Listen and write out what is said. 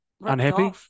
Unhappy